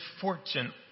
fortune